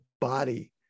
body